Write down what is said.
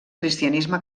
cristianisme